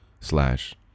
slash